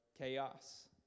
chaos